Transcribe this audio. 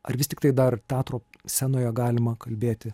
ar vis tiktai dar teatro scenoje galima kalbėti